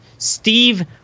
Steve